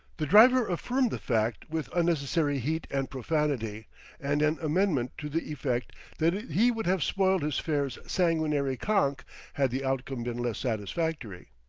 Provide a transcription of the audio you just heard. the driver affirmed the fact with unnecessary heat and profanity and an amendment to the effect that he would have spoiled his fare's sanguinary conk had the outcome been less satisfactory.